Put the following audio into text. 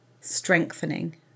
strengthening